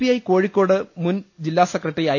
I Kozhikode മുൻ ജില്ലാ സെക്രട്ടറി ഐ